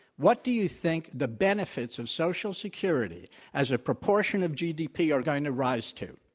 what do you think the benefits of social security as a proportion of gdp are going to rise to,